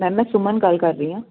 ma'am ਮੈਂ ਸੁਮਨ ਗੱਲ ਕਰ ਰਹੀ ਆਂ